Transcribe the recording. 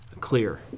clear